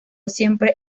siempre